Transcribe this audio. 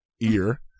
ear